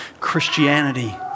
Christianity